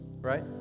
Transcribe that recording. right